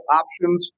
options